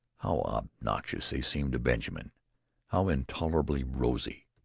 how obnoxious they seemed to benjamin how intolerably rosy!